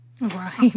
Right